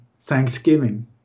Thanksgiving